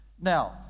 Now